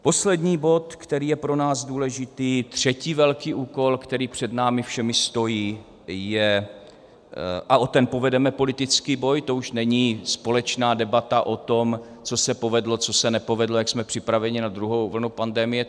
Poslední bod, který je pro nás důležitý, třetí velký úkol, který před námi všemi stojí, a o ten povedeme politický boj, to už není společná debata o tom, co se povedlo, co se nepovedlo, jak jsme připraveni na druhou vlnu pandemie.